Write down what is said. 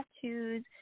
tattoos